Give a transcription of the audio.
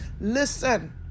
Listen